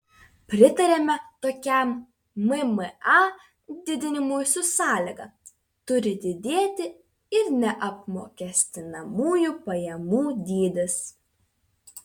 pritariame tokiam mma didinimui su sąlyga turi didėti ir neapmokestinamųjų pajamų dydis